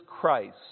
Christ